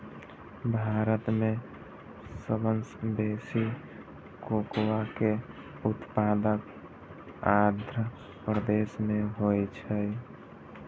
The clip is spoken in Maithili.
भारत मे सबसं बेसी कोकोआ के उत्पादन आंध्र प्रदेश मे होइ छै